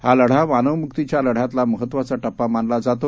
हा लढा मानव मुक्तीच्या लढ्यातला महत्वाचा टप्पा मानला जातो